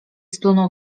splunął